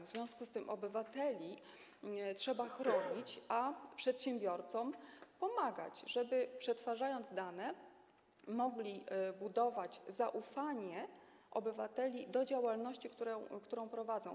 W związku z tym obywateli trzeba chronić, a przedsiębiorcom pomagać, żeby przetwarzając dane, mogli budować zaufanie obywateli do działalności, którą prowadzą.